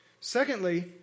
Secondly